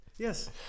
Yes